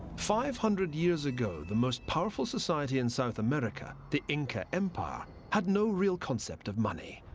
five hundred years ago, the most powerful society in south america, the lnca empire, had no real concept of money.